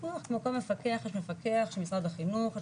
כל מפקח ומפקח של משרד החינוך,